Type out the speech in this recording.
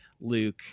Luke